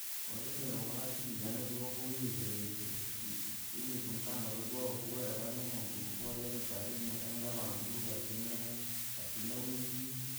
Koo wadomiree kwa marafikii jane, koo wavumire ili, koo saa ili kuuntangaa vyaabowa kuuwira vari ni muntu mpole, mkarimu, enda vantu, asina asinaa wivii.